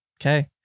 okay